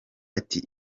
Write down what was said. ati